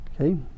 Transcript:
okay